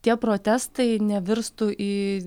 tie protestai nevirstų į